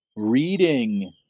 Reading